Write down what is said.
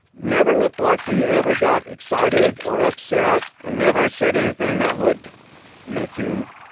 never looked like he ever got excited or upset, and never said anything that would make you